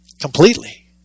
completely